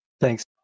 Thanks